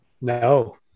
No